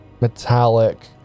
metallic